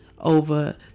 Over